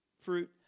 fruit